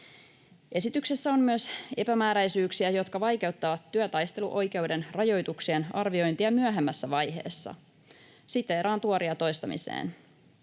Esityksessä on myös epämääräisyyksiä, jotka vaikeuttavat työtaisteluoikeuden rajoituksien arviointia myöhemmässä vaiheessa. Siteeraan Tuoria toistamiseen: